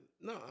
No